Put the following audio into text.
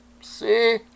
See